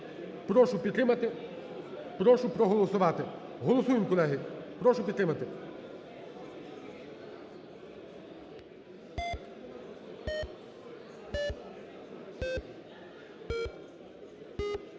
Прошу підтримати, прошу проголосувати. Голосуємо, колеги. Прошу підтримати.